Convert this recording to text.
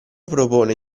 propone